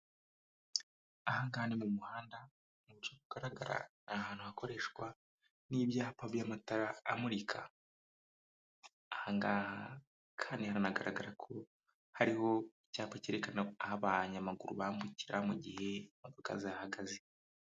Aha kandi mu muhanda akenshi hagaragara nk'ahantu hakoreshwa n'ibyapa by'amatara amurika, aha ngaha kandi haranagaragara ko hariho icyapa cyerekana aho abayamaguru bambukira mu gihe imodoka zahagaze.